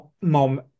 mom